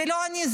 זה לא אני,